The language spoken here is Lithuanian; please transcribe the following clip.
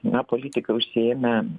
na politikai užsiėmę